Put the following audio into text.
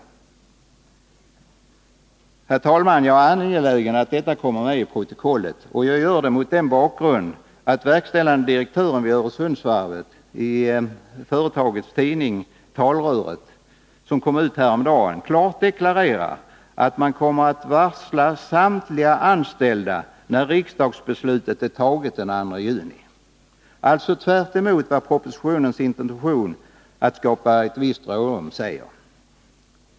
Herr talman! Jag är angelägen om att detta kommer med i protokollet, mot bakgrund av att verkställande direktören vid Öresundsvarvet i företagets tidning Talröret, som kom ut häromdagen, klart deklarerar att man kommer att varsla samtliga anställda efter riksdagsbeslutet den 2 juni, alltså tvärtemot propositionens intentioner när det gäller att skapa ett visst rådrum.